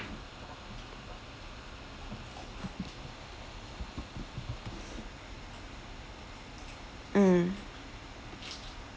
mm